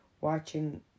watching